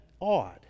odd